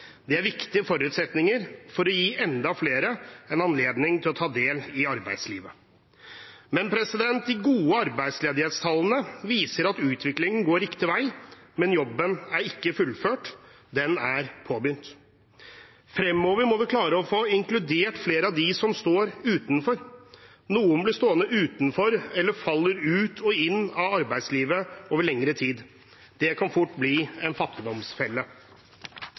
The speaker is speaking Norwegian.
Det er viktige forutsetninger for å gi enda flere en anledning til å ta del i arbeidslivet. De gode arbeidsledighetstallene viser at utviklingen går riktig vei, men jobben er ikke fullført, den er påbegynt. Fremover må vi klare å få inkludert flere av dem som står utenfor. Noen blir stående utenfor eller faller ut og inn av arbeidslivet over lengre tid. Det kan fort bli en fattigdomsfelle.